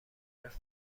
معرف